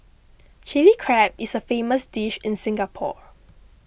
Chilli Crab is a famous dish in Singapore